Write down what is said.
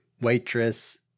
waitress